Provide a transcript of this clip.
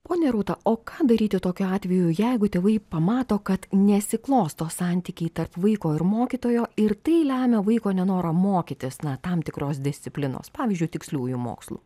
ponia rūta o ką daryti tokiu atveju jeigu tėvai pamato kad nesiklosto santykiai tarp vaiko ir mokytojo ir tai lemia vaiko nenorą mokytis na tam tikros disciplinos pavyzdžiui tiksliųjų mokslų